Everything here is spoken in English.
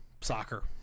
soccer